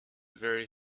very